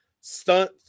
stunt